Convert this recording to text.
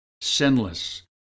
sinless